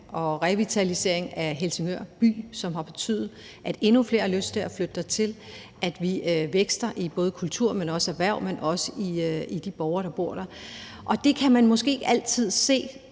og revitalisering af Helsingør by, som har betydet, at endnu flere har lyst til at flytte dertil, at vi vækster inden for både kultur og erhverv, men også hvad angår de borgere, der bor der. Det kan man måske ikke altid se